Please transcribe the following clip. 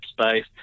space